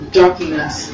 darkness